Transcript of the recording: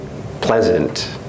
pleasant